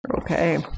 Okay